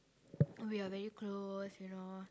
we are very close you know